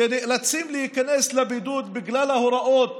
ונאלצים להיכנס לבידוד בגלל ההוראות